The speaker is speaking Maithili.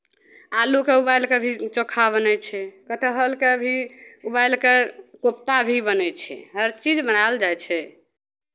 आलूकेँ उबालि कऽ भी चोखा बनै छै कटहरकेँ भी उबालि कऽ कोफ्ता भी बनै छै हर चीज बनायल जाइ छै